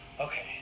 Okay